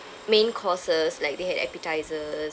main courses like they had appetisers